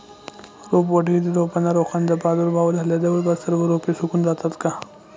रोपवाटिकेतील रोपांना रोगाचा प्रादुर्भाव झाल्यास जवळपास सर्व रोपे सुकून जातात का?